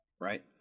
right